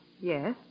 Yes